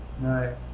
Nice